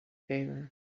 favor